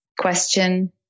question